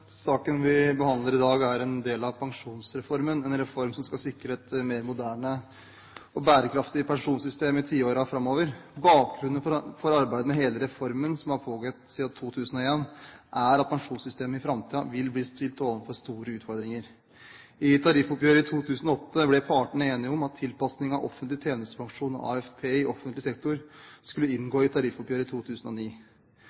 Saken vi behandler i dag, er en del av pensjonsreformen, en reform som skal sikre et mer moderne og bærekraftig pensjonssystem i tiårene framover. Bakgrunnen for arbeidet med hele reformen, som har pågått siden 2001, er at pensjonssystemet i framtiden vil bli stilt overfor store utfordringer. I tariffoppgjøret i 2008 ble partene enige om at tilpasning av offentlig tjenestepensjon og AFP i offentlig sektor skulle